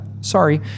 sorry